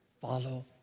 Follow